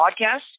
podcast